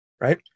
right